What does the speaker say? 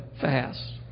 fast